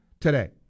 today